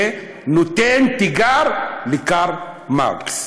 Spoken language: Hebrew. שקורא תיגר על קרל מרקס.